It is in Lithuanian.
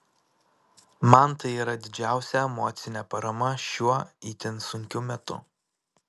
man tai yra didžiausia emocinė parama šiuo itin sunkiu metu